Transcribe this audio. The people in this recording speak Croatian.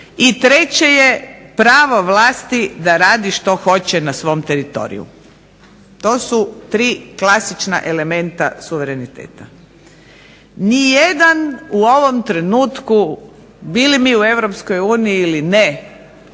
I treće je pravo vlasti da radi što hoće na svom teritoriju. To su tri klasična elementa suvereniteta. Ni jedan u ovom trenutku bili mi u Europskoj